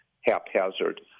haphazard